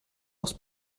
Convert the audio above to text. aus